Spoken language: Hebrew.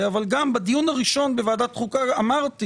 אבל גם בדיון הראשון בוועדת חוקה אמרתי